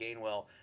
Gainwell